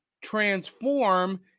transform